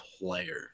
player